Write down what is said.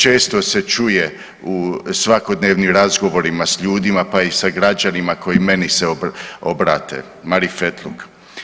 Često se čuje u svakodnevnim razgovorima sa ljudima pa i sa građanima koji meni se obrate, marifetluk.